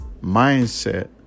mindset